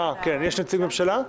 יש נציג ממשלה?